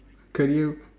career